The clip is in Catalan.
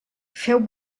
feu